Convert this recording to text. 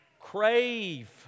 crave